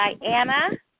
Diana